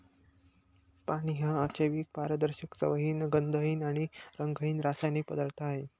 पाणी हा अजैविक, पारदर्शक, चवहीन, गंधहीन आणि रंगहीन रासायनिक पदार्थ आहे